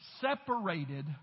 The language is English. separated